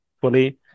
fully